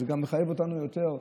אז זה מחייב אותנו יותר,